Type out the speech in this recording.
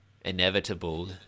inevitable